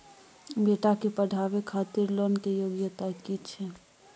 बेटा के पढाबै खातिर लोन के योग्यता कि छै